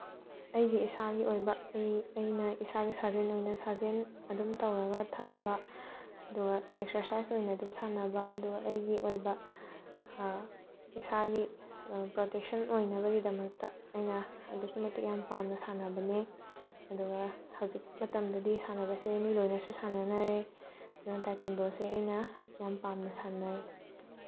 ꯑꯩꯒꯤ ꯏꯁꯥꯒꯤ ꯑꯣꯏꯕ ꯑꯩ ꯑꯩꯅ ꯏꯁꯥꯒꯤ ꯁꯥꯖꯦꯜ ꯑꯣꯏꯅ ꯁꯥꯖꯦꯜ ꯑꯗꯨꯝ ꯇꯧꯔꯒ ꯊꯝꯕ ꯑꯗꯨꯒ ꯑꯦꯛꯁꯔꯁꯥꯏꯁ ꯑꯣꯏꯅ ꯑꯗꯨꯝ ꯁꯥꯟꯅꯕ ꯑꯗꯨꯒ ꯑꯩꯒꯤ ꯑꯣꯏꯕ ꯏꯁꯥꯒꯤ ꯄ꯭ꯔꯣꯇꯦꯛꯁꯟ ꯑꯣꯏꯅꯕꯒꯤꯗꯃꯛꯇ ꯑꯩꯅ ꯑꯗꯨꯛꯀꯤ ꯃꯇꯤꯛ ꯌꯥꯝ ꯄꯥꯝꯅ ꯁꯥꯟꯅꯕꯅꯦ ꯑꯗꯨꯒ ꯍꯧꯖꯤꯛ ꯃꯇꯝꯗꯗꯤ ꯁꯥꯟꯅꯕꯁꯦ ꯃꯤ ꯂꯣꯏꯅꯁꯨ ꯁꯥꯟꯅꯅꯔꯦ ꯑꯗꯨꯅ ꯇꯥꯏꯀꯨꯟꯗꯣꯁꯦ ꯑꯩꯅ ꯌꯥꯝ ꯄꯥꯝꯅ ꯁꯥꯟꯅꯩ